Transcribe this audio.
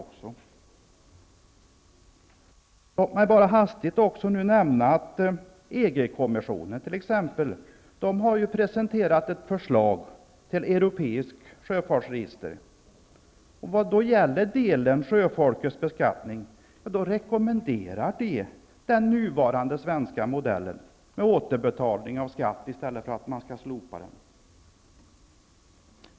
Låt mig också hastigt nämna att EG-kommissionen t.ex. har presenterat ett förslag till europeiskt sjöfartsregister. När det gäller sjöfolkets beskattning rekommenderar de den nuvarande svenska modellen med återbetalning av skatt i stället för att slopa den.